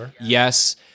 Yes